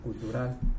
Cultural